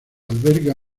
alberga